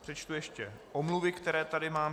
Přečtu ještě omluvy, které tady mám.